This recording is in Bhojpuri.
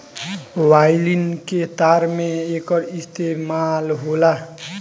वायलिन के तार में एकर इस्तेमाल होला